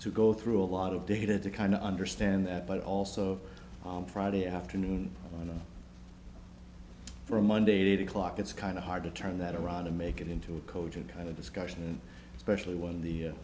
to go through a lot of data to kind of understand that but also on friday afternoon for monday eight o'clock it's kind of hard to turn that around and make it into a cogent kind of discussion especially when the